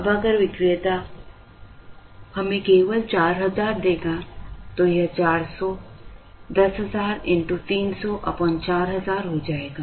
अब अगर विक्रेता हमें केवल 4000 देगा तो यह 4000 10000 x 300 4000 हो जाएगा